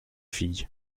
filles